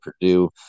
Purdue